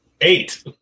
Eight